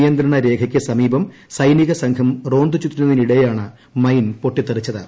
നിയന്ത്രണ രേഖയ്ക്ക് സമീപം സൈനിക സംഘം റോന്തുചുറ്റുന്നതിനിടെയാണ് മൈൻ പൊട്ടിത്തെറിച്ചത്